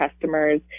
customers